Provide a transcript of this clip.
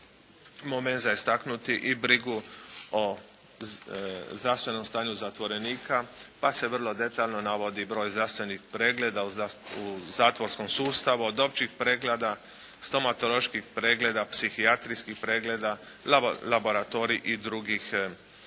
moment za istaknuti i brigu o zdravstvenom stanju zatvorenika, pa se vrlo detaljno navodi broj zdravstvenih pregleda u zatvorskom sustavu od općih pregleda, stomatoloških pregleda, psihijatrijskih pregleda, laboratorij i drugih